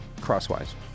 crosswise